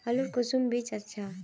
आलूर कुंसम बीज अच्छा?